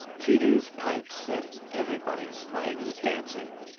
tiidu's pipes set everybody's legs dancing.